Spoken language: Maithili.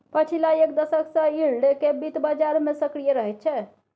पछिला एक दशक सँ यील्ड केँ बित्त बजार मे सक्रिय रहैत छै